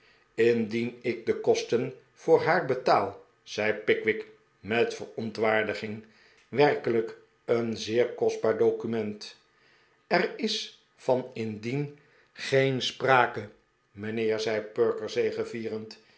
indien ik de kosten voor haar betaal zei pickwick met verontwaardiging werkelijk een zeer kostbaar documentl er is van indien geen sprake mijnde